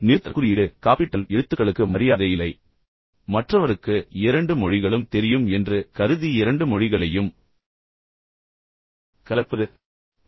நிறுத்தற்குறியீடு capital எழுத்துக்களுக்கு மரியாதை இல்லை மற்றவருக்கு இரண்டு மொழிகளும் தெரியும் என்று கருதி இரண்டு மொழிகளையும் கலப்பது